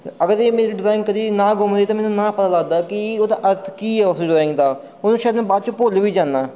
ਅਗਰ ਇਹ ਮੇਰੀ ਡਿਜਾਇੰਗ ਕਦੀ ਨਾ ਗੁੰਮਦੀ ਤਾਂ ਮੈਨੂੰ ਨਾ ਪਤਾ ਲੱਗਦਾ ਕਿ ਉਹਦਾ ਅਰਥ ਕੀ ਉਸ ਡਰਾਇੰਗ ਦਾ ਉਹਨੂੰ ਸ਼ਾਇਦ ਮੈਂ ਬਾਅਦ 'ਚ ਭੁੱਲ ਵੀ ਜਾਂਦਾ